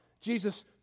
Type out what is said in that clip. Jesus